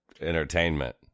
entertainment